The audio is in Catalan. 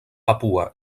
papua